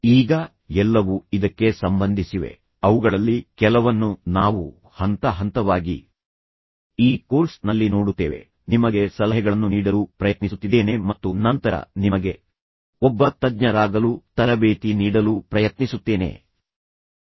ಈಗ ಎಲ್ಲವೂ ಇದಕ್ಕೆ ಸಂಬಂಧಿಸಿವೆ ಅವುಗಳಲ್ಲಿ ಕೆಲವನ್ನು ನಾವು ಹಂತ ಹಂತವಾಗಿ ಈ ಕೋರ್ಸ್ ನಲ್ಲಿ ನೋಡುತ್ತೇವೆ ಆದರೆ ಈ ಸಮಯದಲ್ಲಿ ನಾನು ನಿಮಗೆ ಸಲಹೆಗಳನ್ನು ನೀಡಲು ಪ್ರಯತ್ನಿಸುತ್ತಿದ್ದೇನೆ ಮತ್ತು ನಂತರ ನಿಮಗೆ ಒಬ್ಬ ರೀತಿಯ ತಜ್ಞರಾಗಲು ತರಬೇತಿ ನೀಡಲು ಪ್ರಯತ್ನಿಸುತ್ತೇನೆ ಅದನ್ನು ನಿಮ್ಮ ಸ್ವಂತ ಮಟ್ಟದಲ್ಲಿಯೂ ಪರಿಹರಿಸಲು ಪ್ರಯತ್ನಿಸಿ